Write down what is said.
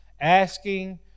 asking